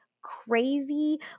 crazy